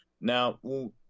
now